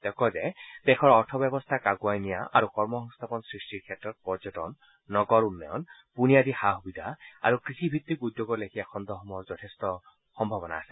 তেওঁ কয় যে দেশৰ অৰ্থব্যৱস্থাক আগুৱাই নিয়া আৰু কৰ্ম সংস্থাপন সৃষ্টিৰ ক্ষেত্ৰত পৰ্যটন নগৰ উন্নয়ন বুনিয়াদী সা সুবিধা আৰু কৃষি ভিত্তিক উদ্যোগৰ লেখিয়া খণ্ডসমূহৰ যথেষ্ঠ সম্ভাৱনা আছে